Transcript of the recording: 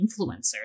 influencers